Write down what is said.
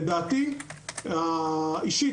דעתי האישית